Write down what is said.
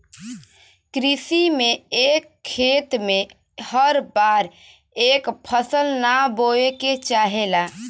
कृषि में एक खेत में हर बार एक फसल ना बोये के चाहेला